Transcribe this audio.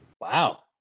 Wow